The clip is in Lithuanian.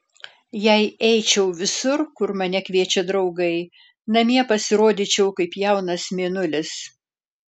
jei eičiau visur kur mane kviečia draugai namie pasirodyčiau kaip jaunas mėnulis